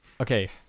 okay